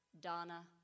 Donna